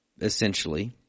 essentially